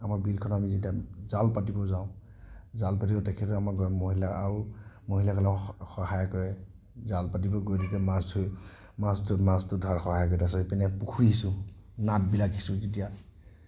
আমাৰ বিলখন আমি যেতিয়া জাল পাতিবলৈ যাওঁ জাল পাতিব তেখেতে আমাৰ মহিলা আৰু মহিলাসকলে সহায় কৰে জাল পাতিবলৈ গৈ যেতিয়া মাছ ধৰিম মাছ মাছটো ধৰাত সহায় কৰে তাৰপিছত ইপিনে পুখুৰী সিঁচো নাদবিলাক সিঁচো যেতিয়া